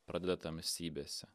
pradeda tamsybėse